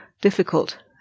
difficult